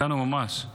איתנו ממש,